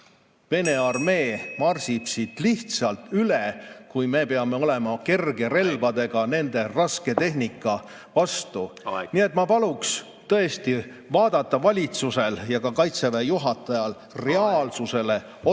Vene armee marsib siit lihtsalt üle, meie aga peame kergrelvadega nende rasketehnika vastu seisma. Aeg! Nii et ma paluks tõesti vaadata valitsusel ja ka Kaitseväe juhatajal reaalsusele otsa